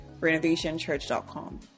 renovationchurch.com